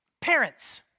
Parents